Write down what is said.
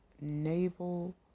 Naval